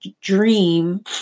dream